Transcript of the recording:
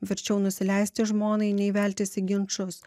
verčiau nusileisti žmonai nei veltis į ginčus